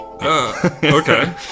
okay